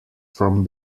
from